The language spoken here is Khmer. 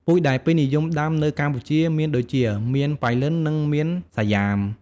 ពូជដែលពេញនិយមដាំនៅកម្ពុជាមានដូចជា មៀនប៉ៃលិន និងមៀនសាយ៉ាម។